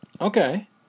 Okay